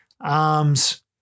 arms